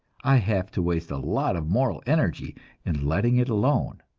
i have to waste a lot of moral energy in letting it alone.